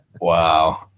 Wow